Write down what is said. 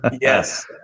Yes